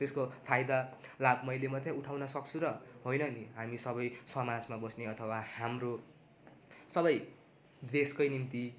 त्यसको फाइदा लाभ मैले मात्रै उठाउनु सक्छु र होइन नि हामी सबै समाजमा बस्ने अथवा हाम्रो सबै देशकै निम्ति